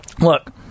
look